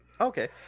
Okay